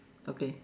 okay